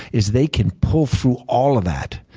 is they can pull through all of that,